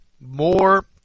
More